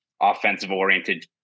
offensive-oriented